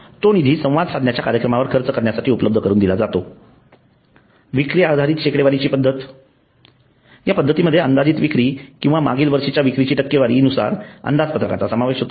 तो निधी संवाद साधण्याच्या कार्यक्रमावर खर्च करण्यासाठी उपलब्ध करून दिला जातो विक्री आधारित शेकडेवारीची पद्धत या पद्धतीमध्ये अंदाजित विक्री किंवा मागील वर्षीच्या विक्रीची टक्केवारी नुसार अंदाजपत्रकाचा समावेश होतो